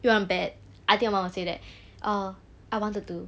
you want to bet I think your mom will say that er I wanted to